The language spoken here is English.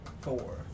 Four